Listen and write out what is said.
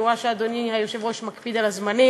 כי אני רואה שאדוני היושב-ראש מקפיד על הזמנים,